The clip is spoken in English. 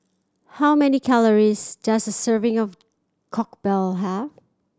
how many calories does a serving of have